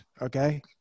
Okay